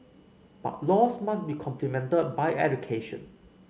but laws must be complemented by education